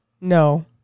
No